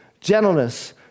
gentleness